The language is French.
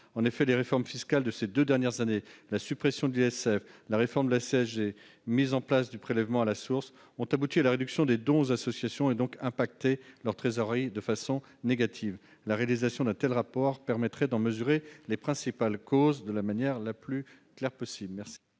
En effet, les réformes fiscales de ces deux dernières années- suppression de l'ISF, réforme de la CSG, mise en place du prélèvement à la source -ont abouti à la réduction des dons aux associations et ont donc eu un impact négatif sur leur trésorerie. La réalisation d'un tel rapport permettrait d'en mesurer les principales causes de la manière la plus claire possible.